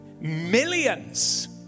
millions